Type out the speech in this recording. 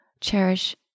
cherish